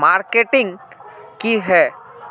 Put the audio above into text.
Marketing की है?